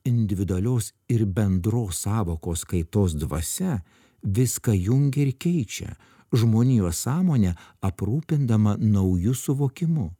individualios ir bendros sąvokos kaitos dvasia viską jungia ir keičia žmonijos sąmonę aprūpindama nauju suvokimu